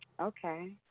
Okay